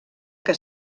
que